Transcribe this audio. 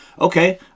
Okay